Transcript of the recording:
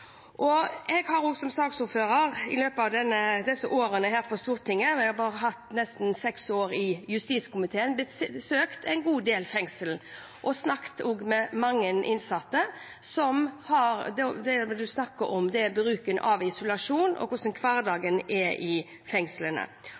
og jeg har lyst til å understreke at norske fengsler er gode. Samtidig viser disse funnene at vi har en god del å jobbe med. Jeg har som saksordfører i løpet av disse årene på Stortinget – jeg har vært nesten seks år i justiskomiteen – besøkt en god del fengsler og snakket med mange innsatte. Og det man har snakket om,